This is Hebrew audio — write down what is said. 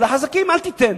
ולחזקים אל תיתן.